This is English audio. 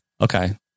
okay